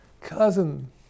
cousin